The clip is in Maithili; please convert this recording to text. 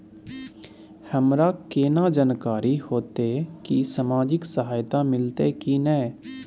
हमरा केना जानकारी होते की सामाजिक सहायता मिलते की नय?